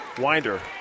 Winder